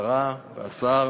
השרה והשר,